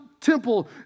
temple